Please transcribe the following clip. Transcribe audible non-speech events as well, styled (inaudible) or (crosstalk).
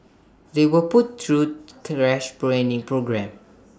they were put through crash (unintelligible) programmes